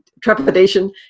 trepidation